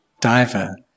diver